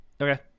Okay